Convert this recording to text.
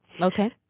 Okay